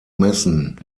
messen